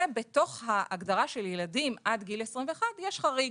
ובתוך ההגדרה של ילדים עד גיל 21 יש חריג